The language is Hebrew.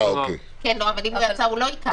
אם הוא במעצר, הוא לא ייקח.